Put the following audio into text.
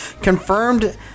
confirmed